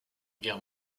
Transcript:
guerre